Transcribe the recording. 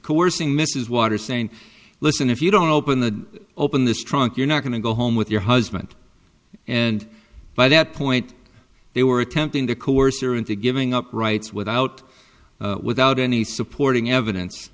coercing mrs waters saying listen if you don't open the door open this trunk you're not going to go home with your husband and by that point they were attempting to coerce her into giving up rights without without any supporting evidence